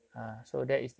oo